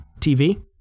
TV